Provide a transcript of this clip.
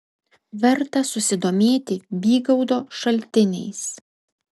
verta susidomėti bygaudo šaltiniais